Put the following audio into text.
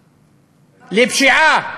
לפשיעה,